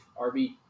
rb